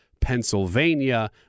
Pennsylvania